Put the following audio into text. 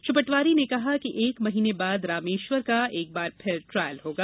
श्री पटवारी ने कहा कि एक महीने बाद रामेश्वर का एक बार फिर ट्रायल होगा